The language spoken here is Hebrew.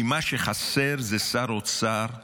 כי מה שחסר זה שר אוצר אחראי,